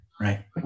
Right